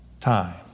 Time